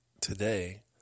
today